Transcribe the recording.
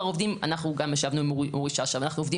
אנחנו גם ישבנו עם אורי שאשא ואנחנו עובדים